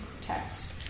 text